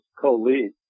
co-lead